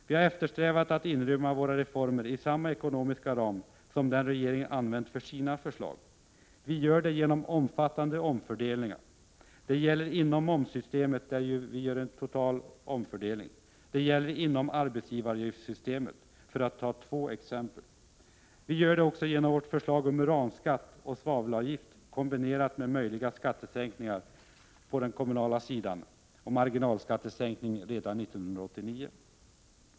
Vi har eftersträvat att inrymma våra reformer i samma ekonomiska ram som den regeringen har använt för sina förslag. Vi gör det genom omfattande omfördelningar. Det gäller inom momssystemet, där vi gör en total omfördelning, och inom arbetsgivaravgiftssystemet — för att ta två exempel. Vi gör det också genom vårt förslag om uranskatt och svavelavgift, kombinerat med möjliga skattesänkningar på den kommunala sidan och marginalskattesänkningen redan 1989.